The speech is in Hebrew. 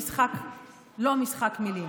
לא משחק מילים.